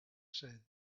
said